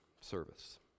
service